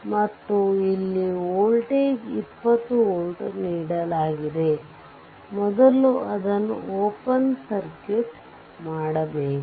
ಮತ್ತು ಇಲ್ಲಿ voltage 20 volt ನೀಡಲಾಗಿದೆ ಮೊದಲು ಅದನ್ನು ಓಪನ್ ಸರ್ಕ್ಯೂಟ್ ಮಾಡಬೇಕು